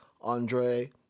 Andre